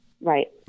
Right